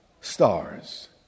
Stars